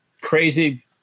crazy